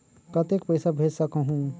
कतेक पइसा भेज सकहुं?